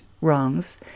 wrongs